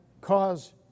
cause